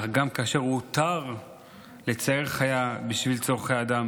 אך גם כאשר הותר לצער חיה בשביל צורכי אדם,